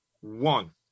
one